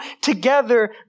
together